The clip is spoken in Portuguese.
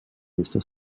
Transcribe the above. nesta